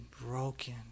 broken